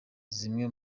zimwe